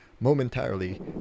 momentarily